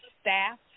staff